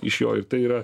iš jo tai yra